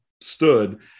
stood